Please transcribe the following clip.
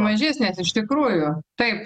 mažesnė nes iš tikrųjų taip